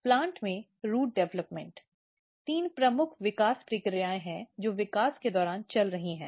plant में root development तीन प्रमुख विकास प्रक्रियाएं हैं जो विकास के दौरान चल रही हैं